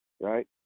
right